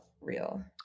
real